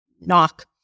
knock